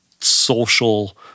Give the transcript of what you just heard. social